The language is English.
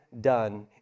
done